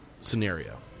scenario